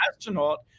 astronaut